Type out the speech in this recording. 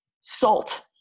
salt